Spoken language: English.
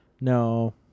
No